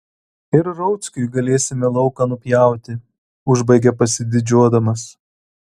ir rauckiui galėsime lauką nupjauti užbaigia pasididžiuodamas